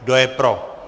Kdo je pro?